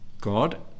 God